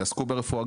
יעסקו ברפואה,